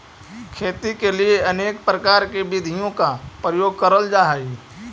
खेती के लिए अनेक प्रकार की विधियों का प्रयोग करल जा हई